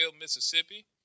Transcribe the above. Mississippi